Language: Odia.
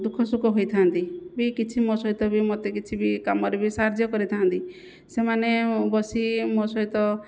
ଦୁଃଖସୁଖ ହୋଇଥା'ନ୍ତି ବି କିଛି ମୋ ସହିତ ବି ମୋତେ କିଛି ବି କାମରେ ବି ସାହାଯ୍ୟ କରିଥା'ନ୍ତି ସେମାନେ ବସି ମୋ' ସହିତ